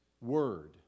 word